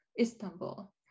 Istanbul